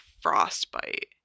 frostbite